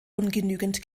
ungenügend